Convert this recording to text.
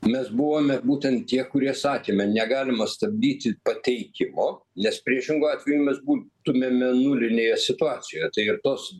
mes buvome būtent tie kurie sakėme negalima stabdyti pateikimo nes priešingu atveju mes būtumėme nulinėje situacijoje tai ir tos